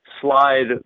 slide